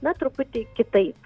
na truputį kitaip